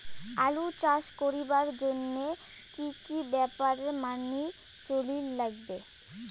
আলু চাষ করিবার জইন্যে কি কি ব্যাপার মানি চলির লাগবে?